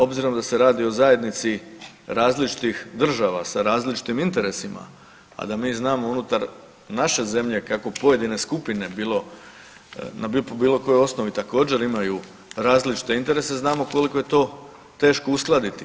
Obzirom da se radi o zajednici različitih država sa različitim interesima, a da mi znamo unutar naše zemlje kako pojedine skupine po bilo kojoj osnovi također imaju različite interese znamo koliko je to teško uskladiti.